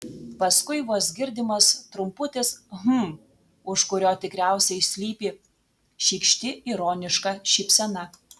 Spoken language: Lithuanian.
paskui vos girdimas trumputis hm už kurio tikriausiai slypi šykšti ironiška šypsena